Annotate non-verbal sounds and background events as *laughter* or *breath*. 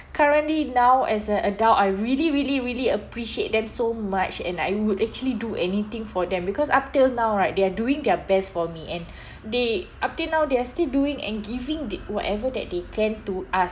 currently now as an adult I really really really appreciate them so much and I would actually do anything for them because up till now right they are doing their best for me and *breath* they up till now they are still doing and giving the whatever that they can to us